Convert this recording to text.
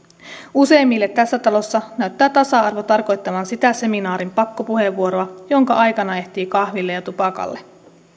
useimmille tässä talossa näyttää tasa arvo tarkoittavan sitä seminaarin pakkopuheenvuoroa jonka aikana ehtii kahville ja tupakalle